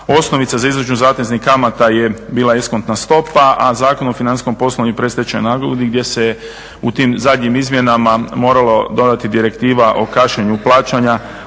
osnovica za izračun zateznih kamata je bila eskontna stopa, a Zakon o financijskom poslovanju i predstečajnoj nagodbi gdje se u tim zadnjim izmjenama moralo dodati Direktiva o kašnjenju plaćanja,